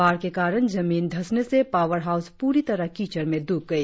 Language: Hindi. बाढ़ के कारण जमीन धसने से पावर हाउस पूरी तरह कीचड़ में डूब गई